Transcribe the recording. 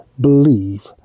believe